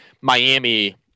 Miami